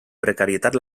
precarietat